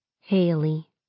Haley